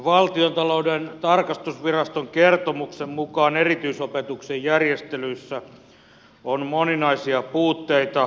valtiontalouden tarkastusviraston kertomuksen mukaan erityisopetuksen järjestelyissä on moninaisia puutteita